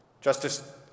Justice